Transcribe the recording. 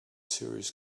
serious